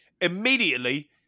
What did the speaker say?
immediately